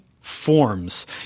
forms